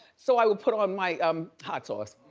so i would put on my um hot sauce.